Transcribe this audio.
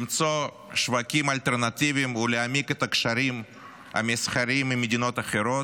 למצוא שווקים אלטרנטיביים ולהעמיק את הקשרים המסחריים עם מדינות אחרות,